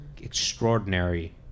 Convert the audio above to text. extraordinary